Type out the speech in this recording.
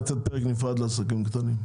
לתת פרק נפרד לעסקים קטנים?